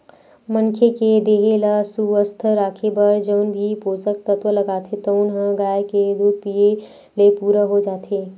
मनखे के देहे ल सुवस्थ राखे बर जउन भी पोसक तत्व लागथे तउन ह गाय के दूद पीए ले पूरा हो जाथे